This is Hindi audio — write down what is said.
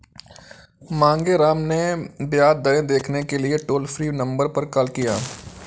मांगेराम ने ब्याज दरें देखने के लिए टोल फ्री नंबर पर कॉल किया